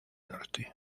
norte